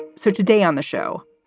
so today on the show,